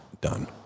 done